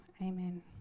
amen